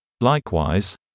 Likewise